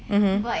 mmhmm